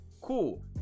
cool